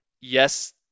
Yes